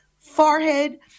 forehead